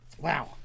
Wow